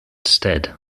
stead